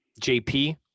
JP